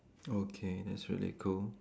okay that's really cool